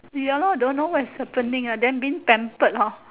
ya lor don't know what is happening ah then being pampered hor